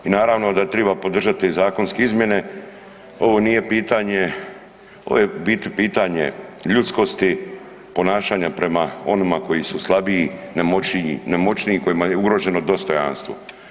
I naravno da treba podržati zakonske izmjene, ovo nije pitanje, ovo je u biti pitanje ljudskosti ponašanja prema onima koji su slabiji, nemoćniji, kojima je ugroženo dostojanstvo.